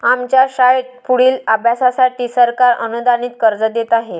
आमच्या शाळेत पुढील अभ्यासासाठी सरकार अनुदानित कर्ज देत आहे